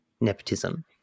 nepotism